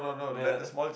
ya